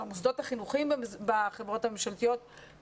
של המוסדות החינוכיים בחברות הממשלתיות,